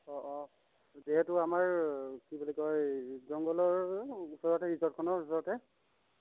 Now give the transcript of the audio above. অ অ যিহেতু আমাৰ কি বুলি কয় জংঘলৰ ওচৰতে ৰিজৰ্টখনৰ ওচৰতে